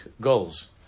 goals